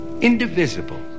Indivisible